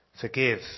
Forgive